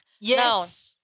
Yes